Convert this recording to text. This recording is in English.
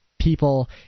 people